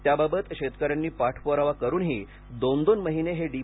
त्याबाबत शेतकऱ्यांनी पाठपुरावा करूनही दोन दोन महिने हे डी